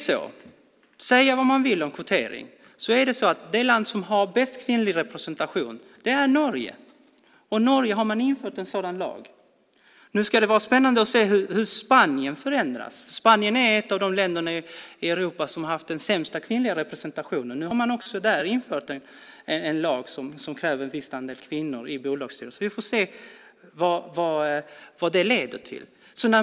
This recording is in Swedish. Säga vad man vill om kvotering, men det land som har bäst kvinnlig representation är Norge, och där har man infört en sådan lag. Nu blir det spännande att se hur Spanien förändras. Spanien är ett av de länder i Europa som har haft sämst kvinnlig representation. Nu har man också där infört en lag som kräver en viss andel kvinnor i bolagsstyrelser. Vi får se vad det leder till.